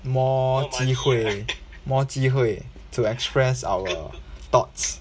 more 机会 more 机会 to express our thoughts